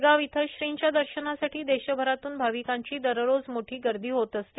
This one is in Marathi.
शेगाव येथे श्रीच्या दर्शनासाठी देशभरातून भाविकांची दररोज मोठी गर्दी होत असते